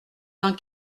vingt